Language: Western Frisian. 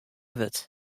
wurdt